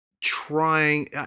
trying